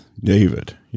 David